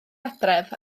adref